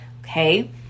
Okay